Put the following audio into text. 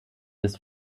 des